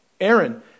Aaron